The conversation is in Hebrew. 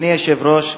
אדוני היושב-ראש,